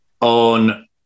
on